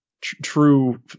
true